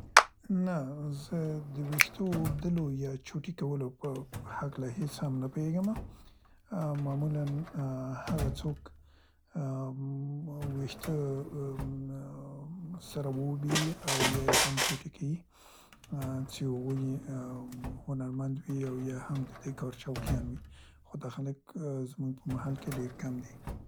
نه، زه د ویښتو اوبدلو یا چوټي کولو په هکله هیڅ هم نه پوهیګمه. ا، معمولاً، ا، هغه څوک ام ویښته اُ، سره اوبي یا یې هم چوټي کوي چې هنرمند وي یا هم د دې کار شوقیان وي خو دا خلک زموږ په محل کې ډير کم دي.